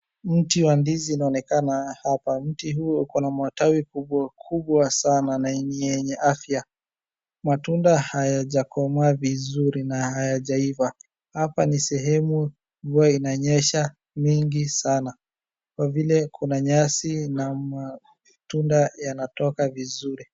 Mti wa ndizi inaonekana hapa. Mti huo uko na matawi kubwa kubwa sana na ni yenye afya. Matunda hayajakomaa vizuri na hayajaiva. Hapa ni sehemu mvua inanyesha mingi sana, kwa vile kuna nyasi na matunda yanatoka vizuri.